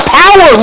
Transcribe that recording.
power